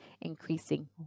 increasing